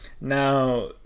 now